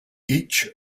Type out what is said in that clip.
each